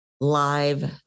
live